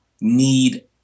need